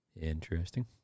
Interesting